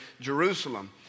Jerusalem